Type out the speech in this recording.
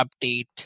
update